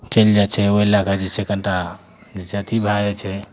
चलि जाइ छै ओइ लए कऽ जे छै कनी टा जे छै अथी भए जाइ छै